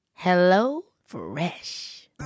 HelloFresh